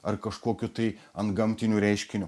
ar kažkokiu tai antgamtiniu reiškiniu